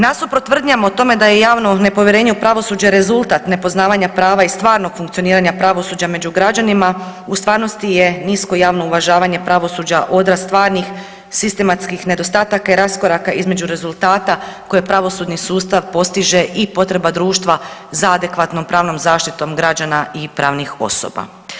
Nasuprot tvrdnjama o tome da je javno nepovjerenje u pravosuđe rezultat nepoznavanja prava i stvarnog funkcioniranja pravosuđa među građanima u stvarnosti je nisko javno uvažavanje pravosuđa, odraz stvarnih sistematskih nedostataka i raskoraka između rezultata koje pravosudni sustav postiže i potreba društva za adekvatnom pravnom zaštitom građana i pravnih osoba.